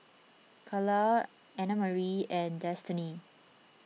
Carlyle Annamarie and Destany